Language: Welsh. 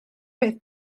peth